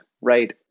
right